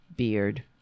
beard